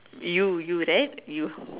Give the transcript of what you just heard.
you you right you